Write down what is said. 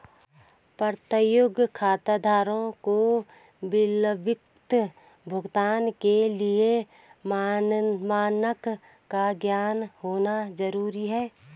प्रत्येक खाताधारक को विलंबित भुगतान के लिए मानक का ज्ञान होना जरूरी है